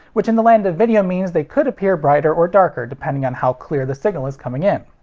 which in the land of video means they could appear brighter or darker depending on how clear the signal is coming in.